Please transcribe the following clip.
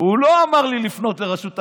הוא לא אמר לי לפנות לרשות,